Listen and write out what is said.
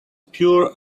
pure